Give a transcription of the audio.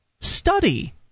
study